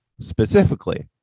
Specifically